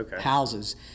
houses